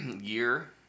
year